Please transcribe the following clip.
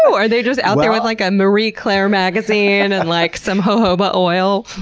are they just out there with like a marie claire magazine and like some jojoba oil?